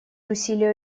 усилия